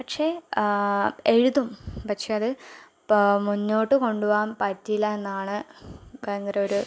പക്ഷെ എഴുതും പക്ഷേ അത് ഇപ്പോൾ മുന്നോട്ടു കൊണ്ടുപോകാൻ പറ്റിയില്ല എന്നാണ് ഭയങ്കര ഒരു